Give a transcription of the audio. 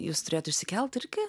jūs turėjot išsikelt irgi